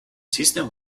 system